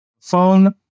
phone